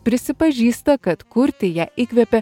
prisipažįsta kad kurti ją įkvėpė